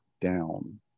down